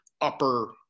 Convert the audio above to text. upper